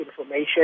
information